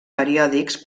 periòdics